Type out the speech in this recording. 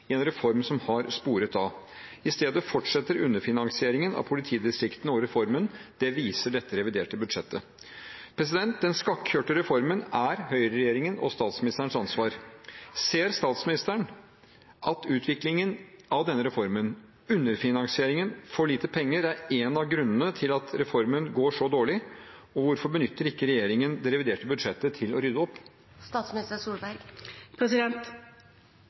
en reform som har sporet av. I stedet fortsetter underfinansieringen av politidistriktene og reformen; det viser dette reviderte budsjettet. Den skakkjørte reformen er høyreregjeringen og statsministerens ansvar. Ser statsministeren at utviklingen av denne reformen – underfinansieringen, for lite penger – er en av grunnene til at reformen går så dårlig? Hvorfor benytter ikke regjeringen det reviderte budsjettet til å rydde opp?